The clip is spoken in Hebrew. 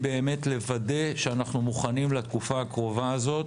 היא באמת לוודא שאנחנו מוכנים לתקופה הקרובה הזאת